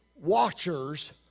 watchers